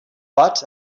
but